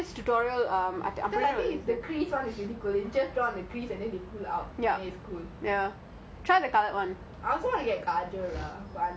oh because I think they just draw and pull out